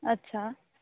ਅੱਛਾ